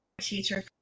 teacher